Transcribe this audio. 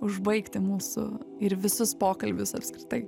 užbaigti mūsų ir visus pokalbius apskritai